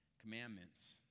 commandments